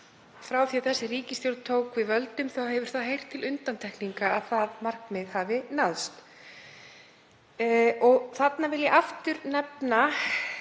frá því að þessi ríkisstjórn tók við völdum hefur heyrt til undantekninga að það markmið hafi náðst. Þarna vil ég aftur nefna